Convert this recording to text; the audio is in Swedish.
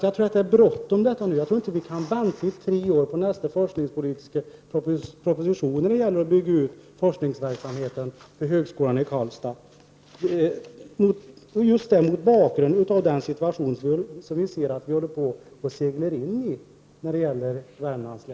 Jag tror att det är bråttom, att vi inte kan vänta tre år på nästa forskningsproposition när det gäller att bygga ut forskningsverksamheten vid högskolan i Karlstad, just mot bakgrund av den situation som vi ser att Värmlands län håller på att segla in i.